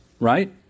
right